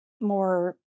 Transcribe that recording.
more